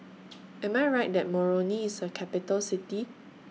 Am I Right that Moroni IS A Capital City